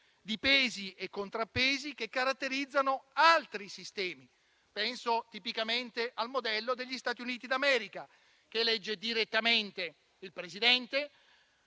di pesi e contrappesi che caratterizza altri sistemi. Penso, tipicamente, al modello degli Stati Uniti d'America, che elegge direttamente il Presidente,